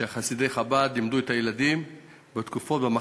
כשחסידי חב"ד לימדו את הילדים במחתרת,